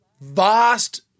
vast